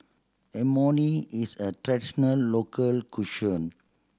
imoni is a traditional local cuisine